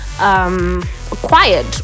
Acquired